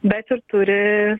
bet ir turi